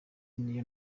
niyo